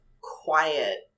quiet